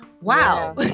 wow